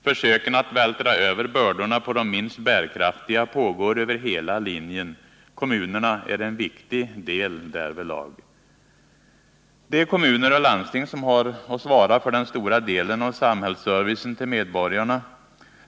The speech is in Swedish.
Försöken att vältra över bördorna till de minst bärkraftiga pågår över hela linjen. Kommunerna är en viktig del därvidlag. Det är kommuner och landsting som har att svara för den stora delen av samhällsservicen till medborgarna.